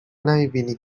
نمیبینی